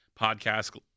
podcast